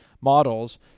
models